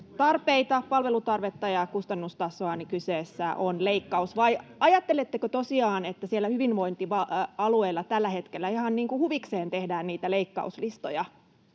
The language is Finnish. vähemmän?] palvelutarvetta ja kustannustasoa, niin kyseessä on leikkaus. Vai ajatteletteko tosiaan, että siellä hyvinvointialueilla tällä hetkellä ihan niin kuin huvikseen tehdään niitä leikkauslistoja?